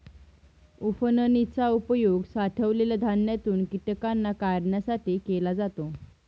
उफणनी चा उपयोग साठवलेल्या धान्यातून कीटकांना काढण्यासाठी केला जातो